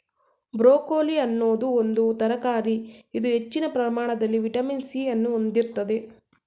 broccoli ಅನ್ನೋದು ಒಂದು ತರಕಾರಿ ಇದು ಹೆಚ್ಚಿನ ಪ್ರಮಾಣದಲ್ಲಿ ವಿಟಮಿನ್ ಸಿ ಅನ್ನು ಹೊಂದಿರ್ತದೆ